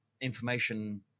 information